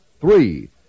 Three